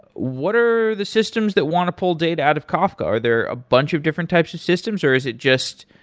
what are the systems that want to pull data out of kafka? are there a bunch of different types of systems or is it just,